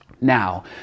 now